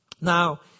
Now